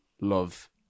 love